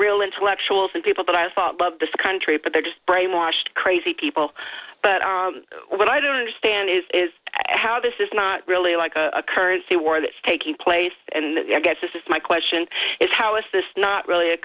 real intellectuals and people that i thought love this country but they're just brainwashed crazy people but when i don't understand is how this is not really like a currency war that is taking place and i guess this is my question is how is this not really a